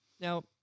now